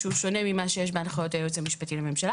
שהוא שונה ממה שיש בהנחיות היועץ המשפטי לממשלה,